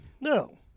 No